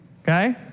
Okay